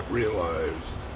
realized